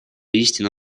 истина